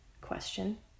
question